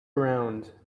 around